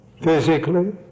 Physically